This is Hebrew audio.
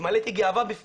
התמלאתי גאווה.